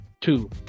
two